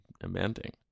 amending